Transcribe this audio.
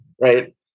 right